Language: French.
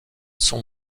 son